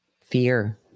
fear